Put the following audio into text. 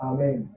Amen